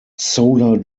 solar